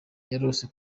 yarose